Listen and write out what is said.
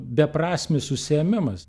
beprasmis užsiėmimas